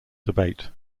debate